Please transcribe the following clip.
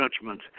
judgment